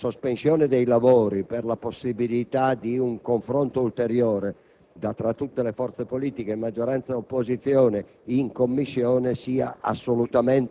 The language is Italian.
Presidente, intervengo per esprimere anch'io il consenso sulla proposta avanzata dal presidente Bianco.